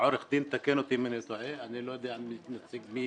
ה-85% יכולים לכסות את ההבדל.